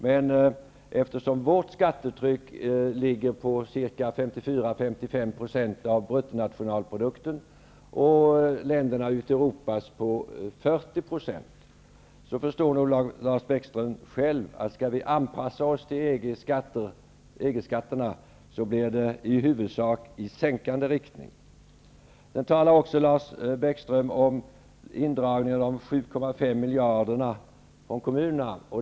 Men eftersom vårt skattetryck ligger på 54--55 % av bruttonationalprodukten och det ute i Europa är 40 %, förstår Lars Bäckström själv att om vi skall anpassa oss till EG-skatterna blir det i huvudsak i sänkande riktning. Sedan talar Lars Bäckström om indragningar på 7,5 miljarder från kommunerna.